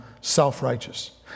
self-righteous